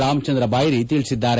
ರಾಮಚಂದ್ರ ಬಾಯರಿ ತಿಳಿಸಿದ್ದಾರೆ